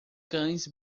cães